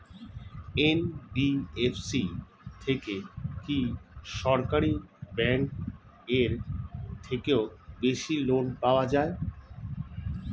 NBFC থেকে কি সরকারি ব্যাংক এর থেকেও বেশি লোন পাওয়া যায়?